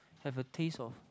have a taste of